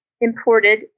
imported